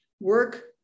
work